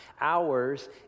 hours